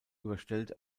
überstellt